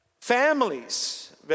families